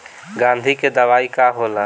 गंधी के दवाई का होला?